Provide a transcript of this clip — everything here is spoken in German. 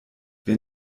wer